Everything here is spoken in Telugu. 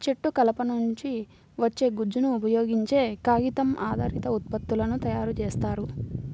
చెట్టు కలప నుంచి వచ్చే గుజ్జును ఉపయోగించే కాగితం ఆధారిత ఉత్పత్తులను తయారు చేస్తారు